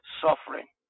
suffering